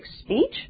speech